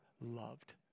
loved